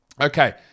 Okay